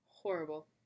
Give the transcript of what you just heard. Horrible